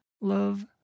love